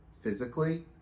physically